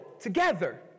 together